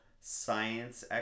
science